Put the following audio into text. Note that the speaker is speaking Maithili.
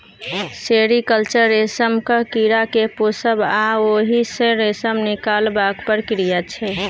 सेरीकल्चर रेशमक कीड़ा केँ पोसब आ ओहि सँ रेशम निकालबाक प्रक्रिया छै